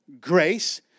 grace